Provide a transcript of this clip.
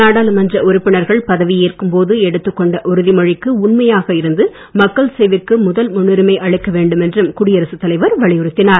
நாடாளுமன்ற உறுப்பினர்கள் பதவி ஏற்கும் போது எடுத்துக்கொண்ட உறுதிமொழிக்கு உண்மையாக இருந்து மக்கள் சேவைக்கு முதல் முன்னுரிமை அளிக்கவேண்டும் என்றும் குடியரசுத் தலைவர் வலியுறுத்தினார்